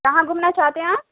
کہاں گھومنا چاہتے ہیں آپ